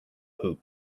hoop